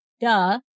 duh